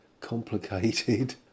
complicated